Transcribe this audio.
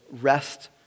Rest